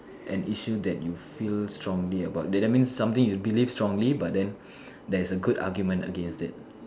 an issue that you feel strongly about that that means something you believe strongly but then there's a good argument against it